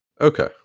Okay